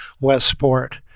Westport